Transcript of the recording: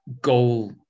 goal